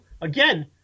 Again